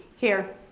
here.